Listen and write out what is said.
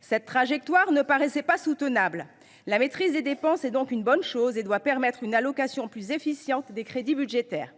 Cette trajectoire ne paraissait pas soutenable ; la maîtrise des dépenses est donc une bonne chose. Elle doit permettre une allocation plus efficiente des crédits budgétaires.